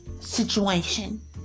situation